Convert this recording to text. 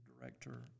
director